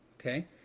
Okay